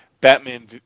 Batman